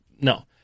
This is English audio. No